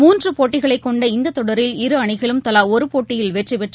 மூன்றுபோட்டிகளைகொண்ட இந்ததொடரில் இரு அணிகளும் தலாஒருபோட்டியில் வெற்றிபெற்று